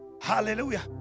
Hallelujah